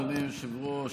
אדוני היושב-ראש,